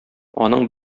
аның